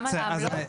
גם על העמלות?